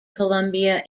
columbia